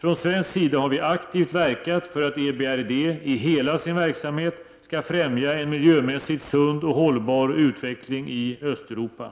Från svensk sida har vi aktivt verkat för att EBRD i hela sin verksamhet skall främja en miljömässigt sund och hållbar utveckling i Östeuropa.